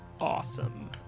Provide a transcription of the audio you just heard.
awesome